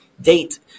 date